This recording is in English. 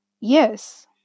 Yes